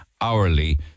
hourly